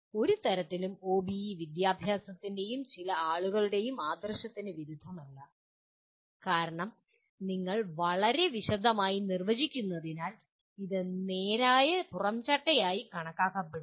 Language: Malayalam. ഒരു തരത്തിലും ഒബിഇ വിദ്യാഭ്യാസത്തിൻ്റെയും ചില ആളുകളുടെയും ആദർശത്തിന് വിരുദ്ധമല്ല കാരണം നിങ്ങൾ വളരെ വിശദമായി നിർവചിക്കുന്നതിനാൽ ഇത് നേരായ പുറംചട്ടയായി കണക്കാക്കപ്പെടുന്നു